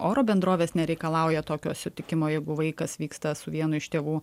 oro bendrovės nereikalauja tokio sutikimo jeigu vaikas vyksta su vienu iš tėvų